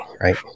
Right